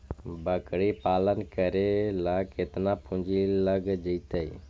बकरी पालन करे ल केतना पुंजी लग जितै?